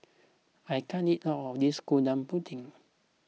I can't eat all of this Gudeg Putih